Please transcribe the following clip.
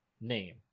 name